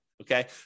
okay